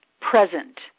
present